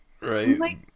right